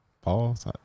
Pause